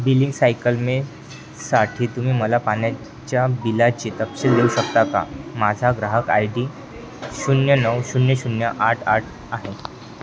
billing सायकलमेसाठी तुम्ही मला पाण्याच्या बिलाचे तपशील देऊ शकता का माझा ग्राहक आय डी शून्य नऊ शून्य शून्य आठ आठ आहे